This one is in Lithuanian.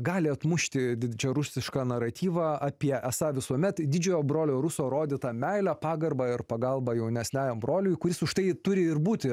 gali atmušti didžiarusišką naratyvą apie esą visuomet didžiojo brolio ruso rodytą meilę pagarbą ir pagalbą jaunesniajam broliui kuris už tai turi ir būti